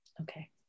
Okay